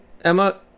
Emma